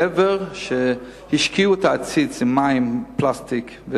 מעבר לזה שהשקו במים עציץ פלסטיק,